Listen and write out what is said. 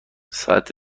ساعت